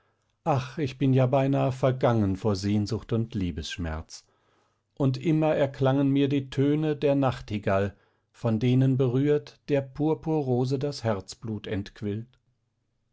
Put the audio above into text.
ach ich bin ja beinahe vergangen vor sehnsucht und liebesschmerz und immer erklangen mir die töne der nachtigall von denen berührt der purpurrose das herzblut entquillt